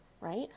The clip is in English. right